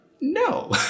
no